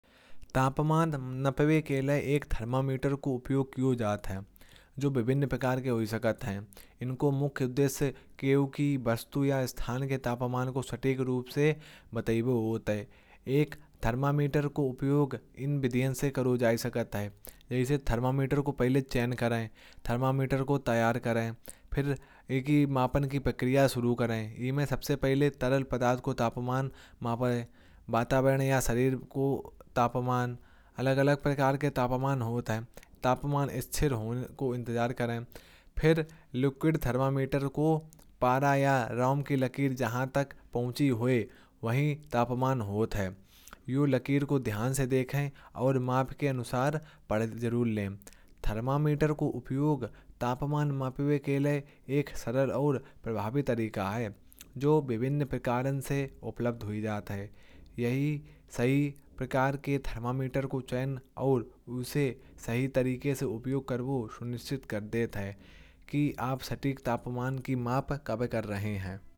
तापमान नापने के लिए एक थर्मामीटर का उपयोग किया जाता है। जो विविध प्रकार के हो सकते हैं। इनका मुख्य उद्देश्य किसी वस्तु या स्थान के तापमान को सही तरीके से बताना होता है। थर्मामीटर का उपयोग इन स्टेप्स में किया जा सकता है। पहले थर्मामीटर को छूएं, उसे तैयार करें, और फिर मापन की प्रक्रिया शुरू करें। थर्मामीटर का उपयोग तरल पदार्थ के तापमान वातावरण के तापमान। या शरीर के तापमान नापने के लिए किया जाता है। तापमान मापने के लिए थर्मामीटर को सही जगह पर रखें। और तापमान के स्थिर होने का इंतज़ार करें। लिक्विड थर्मामीटर में मरकरी या ऐल्कहॉल की लाइन जहाँ तक पहुँचती है। वही तापमान होता है उस लाइन को ध्यान से देखें और मापन के अनुसार तापमान को पढ़ें। थर्मामीटर का उपयोग तापमान नापने का एक सरल और प्रभावी तरीका है। जो अलग अलग प्रकारों में उपलब्ध होता है।